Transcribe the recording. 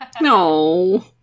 No